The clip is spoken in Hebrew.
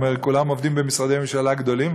הם כולם עובדים במשרדי ממשלה גדולים,